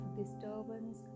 disturbance